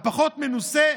הפחות-מנוסה,